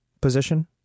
position